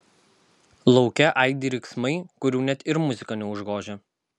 lauke aidi riksmai kurių net ir muzika neužgožia